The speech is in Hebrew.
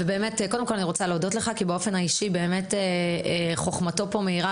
אני רוצה קודם כל להודות לך כי באופן האישי באמת חוכמתו כאן מאירה